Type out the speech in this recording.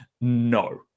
no